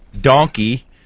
donkey